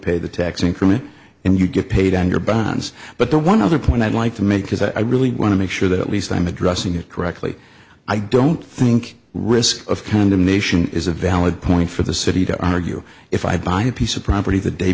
pay the tax increment and you get paid on your bonds but the one other point i'd like to make is that i really want to make sure that at least i'm addressing it correctly i don't think risk of condemnation is a valid point for the city to argue if i buy a piece of property the day